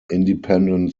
independent